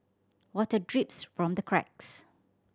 water drips from the cracks